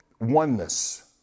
oneness